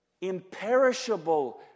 imperishable